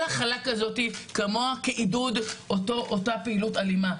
כל הכלה הזאת כמוה כעידוד אותה פעילות אלימה.